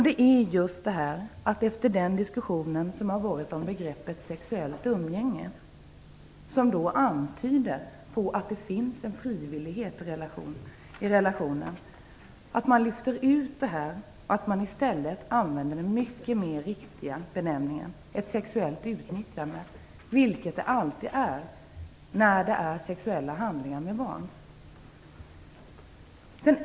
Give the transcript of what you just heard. Det är just att man efter den diskussion som har varit om begreppet sexuellt umgänge, som antyder att det finns en frivillighet i relationen, lyfter ut begreppet och i stället använder den mycket mer riktiga benämningen, ett sexuellt utnyttjande, vilket det alltid är när det rör sig om sexuella handlingar med barn.